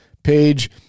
page